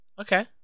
Okay